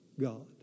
God